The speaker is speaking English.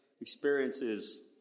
experiences